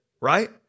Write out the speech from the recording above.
right